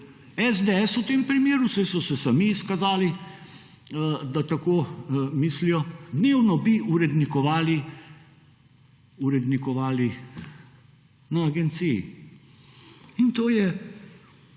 SDS v tem primeru saj so se sami izkazali, da tako mislijo dnevno bi urednikovali na agenciji in to je